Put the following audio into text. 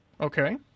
Okay